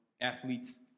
Athletes